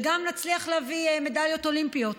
וגם נצליח להביא מדליות אולימפיות.